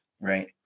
Right